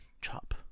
Chop